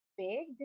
big